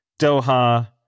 Doha